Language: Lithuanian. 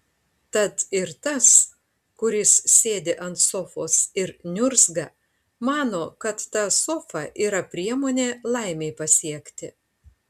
tad ir tas kuris sėdi ant sofos ir niurzga mano kad ta sofa yra priemonė laimei pasiekti